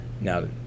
now